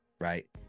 right